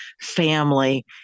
family